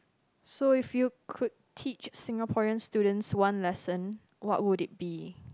so if you could teach Singaporean students one lesson what would it be